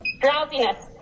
drowsiness